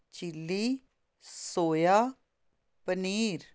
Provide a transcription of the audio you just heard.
chilli soya paneer